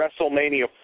WrestleMania